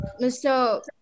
Mr